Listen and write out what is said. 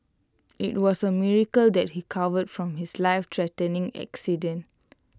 IT was A miracle that he covered from his lifethreatening accident